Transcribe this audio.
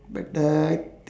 but uh